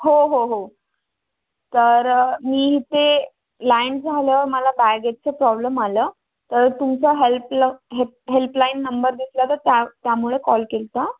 हो हो हो तर मी इथे लँड झाल्यावर मला बॅगेजचं प्रॉब्लेम आलं तर तुमचा हेल्पला हेप हेल्पलाईन नंबर दिसला तर त्या त्यामुळे कॉल केला होता